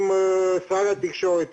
עם שר התקשורת,